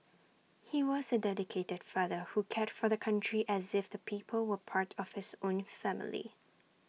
he was A dedicated father who cared for the country as if the people were part of his own family